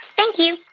thank you